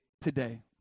today